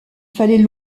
fallait